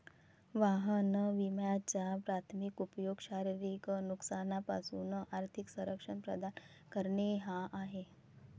वाहन विम्याचा प्राथमिक उपयोग शारीरिक नुकसानापासून आर्थिक संरक्षण प्रदान करणे हा आहे